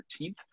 13th